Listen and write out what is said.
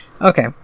Okay